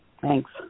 Thanks